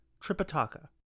Tripitaka